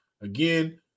Again